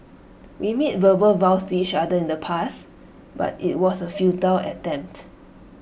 we made verbal vows to each other in the past but IT was A futile attempt